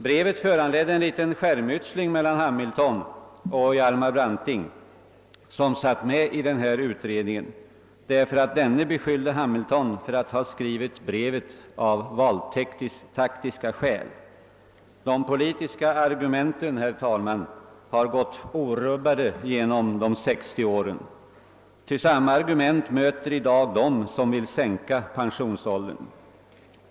Brevet föranledde en liten skärmytsling mellan Hamilton och Hjalmar Branting som satt med i utredningen, därför att denne beskyllde Hamilton för att ha skrivit brevet av valtaktiska skäl. De politiska argumenten, herr talman, har gått orubbade genom de 60 åren, ty samma argument möter i dag dem som vill sänka pensionsåldern.